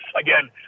again